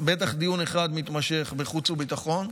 בטח דיון אחד מתמשך בחוץ וביטחון,